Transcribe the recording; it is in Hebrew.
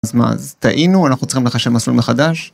אז מה? אז טעינו? אנחנו צריכים לחשב מסלול מחדש?